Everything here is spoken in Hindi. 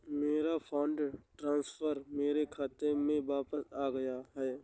मेरा फंड ट्रांसफर मेरे खाते में वापस आ गया है